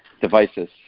devices